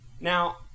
Now